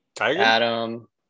Adam